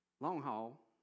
long-haul